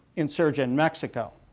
insurgent mexico.